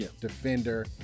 defender